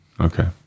Okay